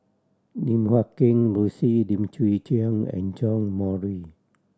Lim Guat Kheng Rosie Lim Chwee Chian and John Morrice